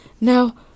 Now